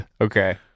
Okay